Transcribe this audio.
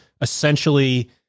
essentially